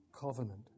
covenant